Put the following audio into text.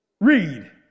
Read